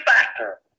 factor